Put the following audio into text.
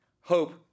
Hope